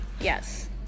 Yes